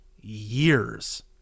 years